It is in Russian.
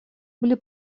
были